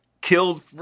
killed